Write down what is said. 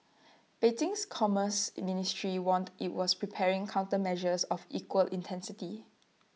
Beijing's commerce in ministry warned IT was preparing countermeasures of equal intensity